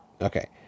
okay